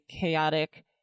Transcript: chaotic